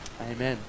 Amen